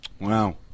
wow